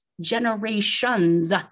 generations